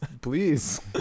Please